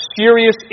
serious